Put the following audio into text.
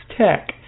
Tech